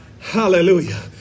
hallelujah